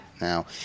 Now